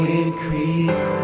increase